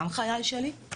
גם חיי שלי.